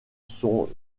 sont